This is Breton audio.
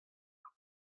mar